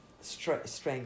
strength